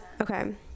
okay